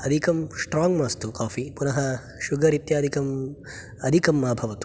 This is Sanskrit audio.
अधिकं स्ट्राङ्ग् मास्तु काफ़ि पुनः शुगर् इत्यादिकम् अधिकं मा भवतु